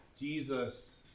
Jesus